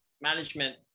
management